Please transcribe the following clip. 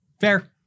Fair